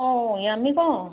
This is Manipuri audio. ꯑꯣ ꯌꯥꯝꯃꯤꯀꯣ